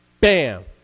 bam